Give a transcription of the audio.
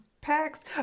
packs